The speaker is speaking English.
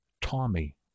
Tommy